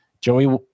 Joey